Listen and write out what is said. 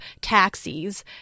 taxis